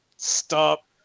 stop